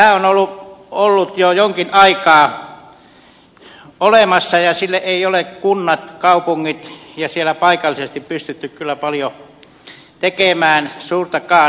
tämä on ollut jo jonkin aikaa olemassa ja sille eivät ole kunnat ja kaupungit siellä paikallisesti pystyneet kyllä paljon tekemään suurtakaan